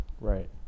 right